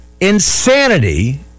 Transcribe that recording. insanity